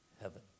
heaven